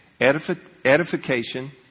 Edification